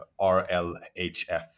RLHF